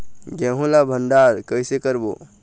गेहूं ला भंडार कई से करबो?